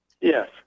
Yes